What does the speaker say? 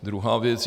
Druhá věc.